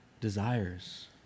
desires